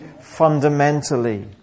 fundamentally